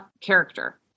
character